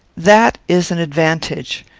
that is an advantage.